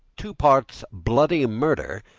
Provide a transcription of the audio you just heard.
two parts bloody murder,